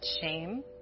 shame